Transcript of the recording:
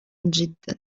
جدا